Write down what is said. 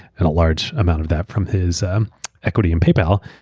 and a large amount of that from his equity in paypal,